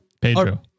Pedro